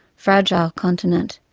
fragile continent,